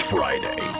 Friday